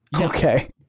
Okay